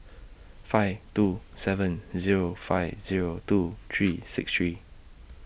five two seven Zero five Zero two three six three